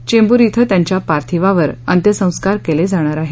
चेंबूर त्यांच्या पार्थिवावर अंत्यसंस्कार केले जाणार आहेत